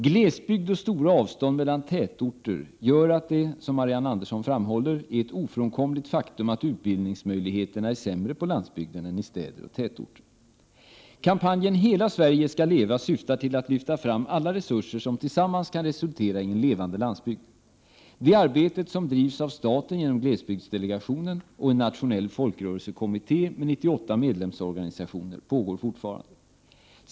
Glesbygd och stora avstånd mellan tätorter gör att det, som Marianne Andersson framhåller, är ett ofrånkomligt faktum att utbildningsmöjligheterna är sämre på landsbygden än i städer och tätorter. Kampanjen Hela Sverige skall leva! syftar till att lyfta fram alla resurser som tillsammans kan resultera i en levande landsbygd. Detta arbete, som drivs av staten genom glesbygdsdelegationen och en nationell folkrörelsekommitté med 98 medlemsorganisationer, pågår fortfarande.